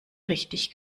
richtig